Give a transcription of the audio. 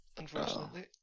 Unfortunately